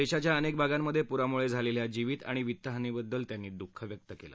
देशाच्या अनेक भागांमध्ये प्रामुळे झालेल्या जीवीत आणि वित्तहानीबद्दल त्यांनी दृःख व्यक्त केलं